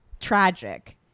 Tragic